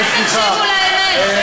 קצת תקשיבו לאמת.